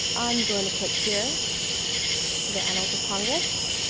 i'm going to click here to the annals of congress.